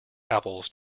apples